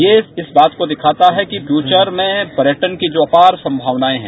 ये इस बात को दिखाता है कि प्यूचर में पर्यटन की जो अपार संभावनाएं हैं